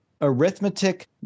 arithmetic